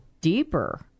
deeper